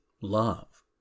love